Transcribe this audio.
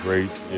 Great